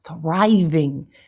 thriving